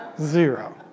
zero